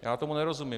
Já tomu nerozumím.